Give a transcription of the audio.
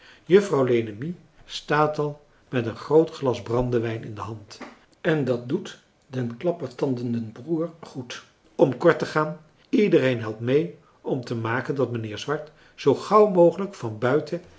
juffrouw lenemie staat al met een groot glas brandewijn in de hand en dat doet den klappertandenden broer goed om kort te gaan iedereen helpt mee om te maken dat mijnheer swart zoo gauw mogelijk van buiten